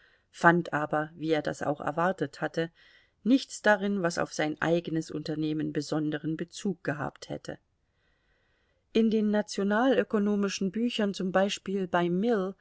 fand aber wie er das auch erwartet hatte nichts darin was auf sein eigenes unternehmen besonderen bezug gehabt hätte in den nationalökonomischen büchern zum beispiel bei mill